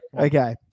okay